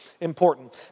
important